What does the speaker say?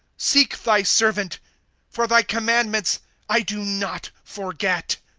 seek thy. servant for thy commandments i do not forget.